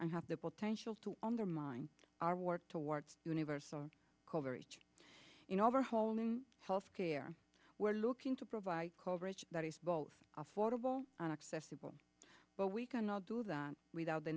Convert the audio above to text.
and have the potential to undermine our work towards universal coverage in overhauling health care we're looking to provide coverage that is both affordable and accessible but we cannot do that without the